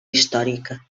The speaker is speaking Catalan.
històrica